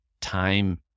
time